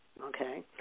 okay